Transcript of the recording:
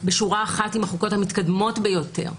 בשורה אחת עם החוקות המתקדמות ביותר,